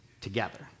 together